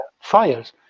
fires